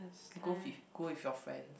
go with go with your friends